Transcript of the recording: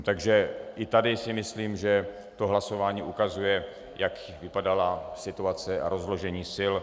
Takže i tady si myslím, že hlasování ukazuje, jak vypadala situace a rozložení sil.